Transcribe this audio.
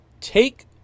Take